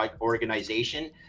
organization